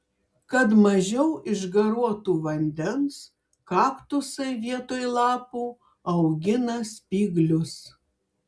kad mažiau išgaruotų vandens kaktusai vietoj lapų augina spyglius